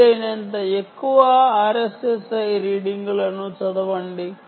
వీలైనంత ఎక్కువ RSSI రీడింగులను చదవండి